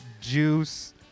juice